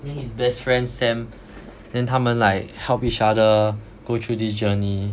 then his best friend Sam then 他们 like help each other go through this journey